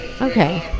Okay